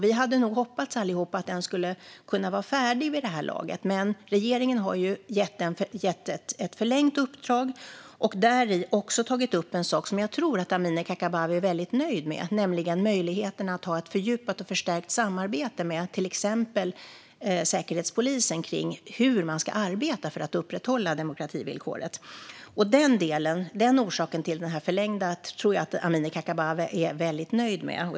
Vi hade nog allihop hoppats att den skulle kunna vara färdig vid det här laget. Men regeringen har gett den ett förlängt uppdrag och har däri tagit upp en sak som jag tror att Amineh Kakabaveh är väldigt nöjd med: möjligheten att ha ett fördjupat och förstärkt samarbete med till exempel Säkerhetspolisen om hur man ska arbeta för att upprätthålla demokrativillkoret. Den orsaken till förlängningen tror jag att Amineh Kakabaveh är nöjd med.